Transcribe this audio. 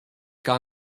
gar